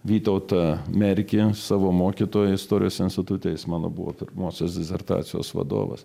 vytautą merkį savo mokytoją istorijos institute jis mano buvo pirmosios disertacijos vadovas